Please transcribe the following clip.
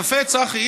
יפה, צחי.